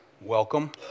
welcome